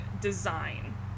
design